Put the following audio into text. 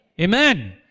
Amen